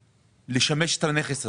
להשמיש את הנכס הזה.